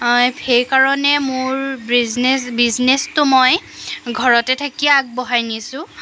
সেইকাৰণে মোৰ ব্ৰিজনেচ বিজনেচটো মই ঘৰতে থাকিয়ে আগবঢ়াই নিছোঁ